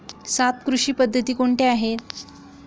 सात कृषी पद्धती कोणत्या आहेत?